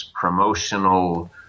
promotional